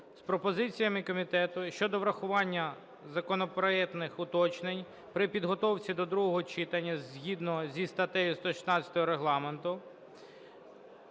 з пропозиціями комітету щодо врахування законопроектних уточнень при підготовці до другого читання, згідно зі статтею 116 Регламенту,